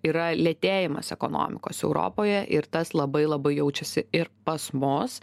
yra lėtėjimas ekonomikos europoje ir tas labai labai jaučiasi ir pas mus